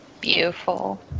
Beautiful